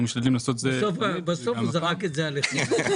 בסוף הוא זרק את זה עליכם.